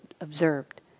observed